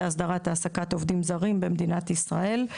הסדרת העסקת עובדים זרים במדינת ישראל.